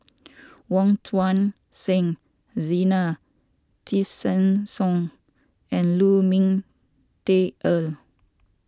Wong Tuang Seng Zena Tessensohn and Lu Ming Teh Earl